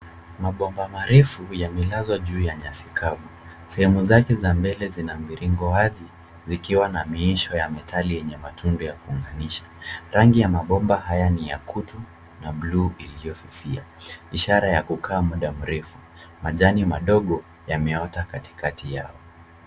Mabomba marefu yamelazwa juu ya nyasi kavu, sehemu zake za mbele zina miringo wazi zikiwa na miisho ya metali yenye matundu ya kuunganisha. Rangi ya mabomba haya ni ya kutu na buluu iliyofifia, ishara ya kukaa muda mrefu. Majani madogo yameota katikati yao.